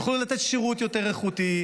יוכלו לתת שירות יותר איכותי,